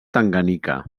tanganyika